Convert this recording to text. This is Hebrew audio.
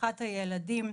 ורווחת הילדים,